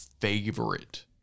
favorite